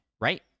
right